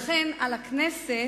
לכן על הכנסת,